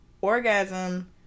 orgasm